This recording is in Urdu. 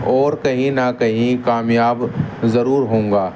اور کہیں نہ کہیں کامیاب ضرور ہوں گا